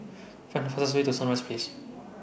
Find The fastest Way to Sunrise Place